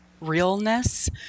realness